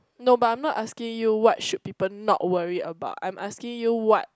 no but I'm not asking you what should people not worry about I'm asking you what